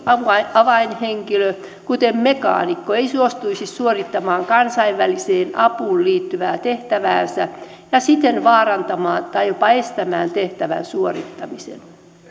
avainhenkilö kuten mekaanikko ei suostuisi suorittamaan kansainväliseen apuun liittyvää tehtäväänsä ja siten vaarantaisi tai jopa estäisi tehtävän suorittamisen